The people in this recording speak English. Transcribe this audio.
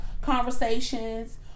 conversations